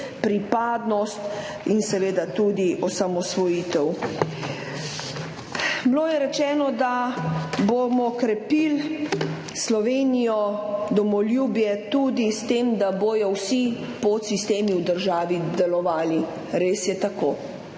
pripadnost in seveda tudi osamosvojitev. Bilo je rečeno, da bomo krepili Slovenijo, domoljubje tudi s tem, da bodo vsi podsistemi v državi delovali. Res je tako.